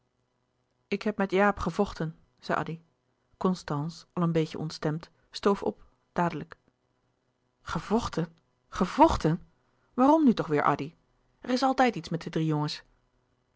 ik heb met jaap gevochten zei addy constance al een beetje ontstemd stoof op dadelijk louis couperus de boeken der kleine zielen gevochten gevochten waarom nu toch weêr addy er is altijd iets met de drie jongens